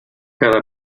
cada